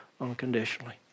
unconditionally